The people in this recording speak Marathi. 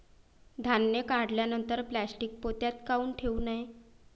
धान्य काढल्यानंतर प्लॅस्टीक पोत्यात काऊन ठेवू नये?